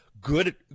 good